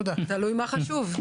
תודה רבה.